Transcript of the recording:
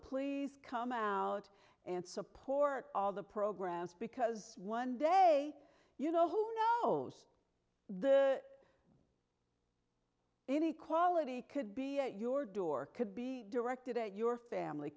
please come out and support all the programs because one day you know who the inequality could be at your door could be directed at your family